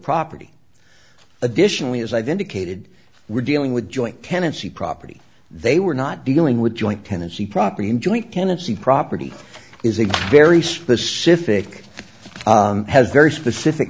property additionally as i've indicated we're dealing with joint tenancy property they were not dealing with joint tenancy property and joint tenancy property is a very specific has very specific